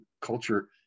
culture